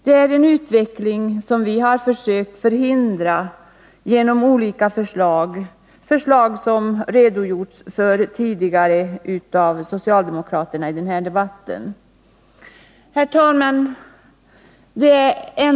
Det är en utveckling som vi försökt förhindra genom olika förslag — förslag som socialdemokraterna i den här debatten tidigare redogjort för. Herr talman!